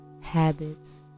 habits